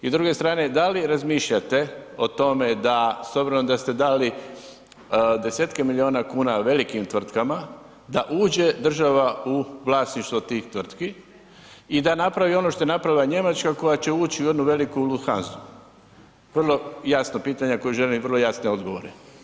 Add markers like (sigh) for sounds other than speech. I s druge strane, da li razmišljate o tome da, s obzirom da ste dali desetke milijuna kuna velikim tvrtkama, da uđe država u vlasništvo tih tvrtki i da napravi ono što je napravila Njemačka koja će ući u jednu veliku ... (unintelligible) Vrlo jasno pitanje na koje želim vrlo jasne odgovore.